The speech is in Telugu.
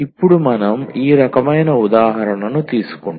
ఇప్పుడు మనం ఈ రకమైన ఉదాహరణను తీసుకుంటాము